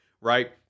right